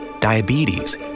diabetes